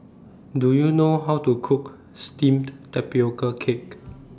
Do YOU know How to Cook Steamed Tapioca Cake